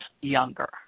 younger